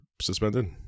suspended